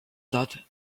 that